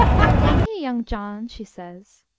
where gang ye, young john, she says,